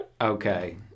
Okay